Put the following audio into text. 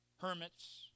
hermits